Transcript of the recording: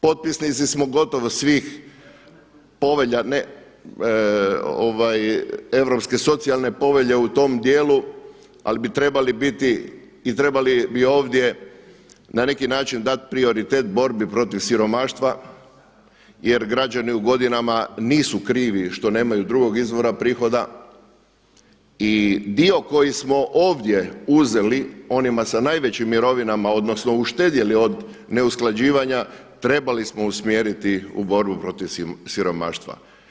Potpisnici smo gotovo svih povelja, Europske socijalne povelje u tom dijelu, ali bi trebali biti i trebali bi ovdje na neki način dati prioritet borbi protiv siromaštva jer građani u godinama nisu krivi što nemaju drugog izvora prihoda i dio koji smo ovdje uzeli onima s najvećim mirovinama odnosno uštedjeli od neusklađivanja trebali smo usmjeriti u borbu protiv siromaštva.